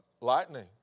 Lightning